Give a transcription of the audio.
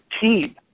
team